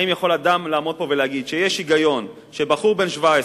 האם יכול אדם לעמוד פה ולהגיד שיש היגיון שבחור בן 17,